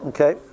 Okay